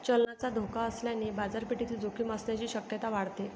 चलनाचा धोका असल्याने बाजारपेठेतील जोखीम असण्याची शक्यता वाढते